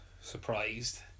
surprised